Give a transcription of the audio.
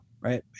Right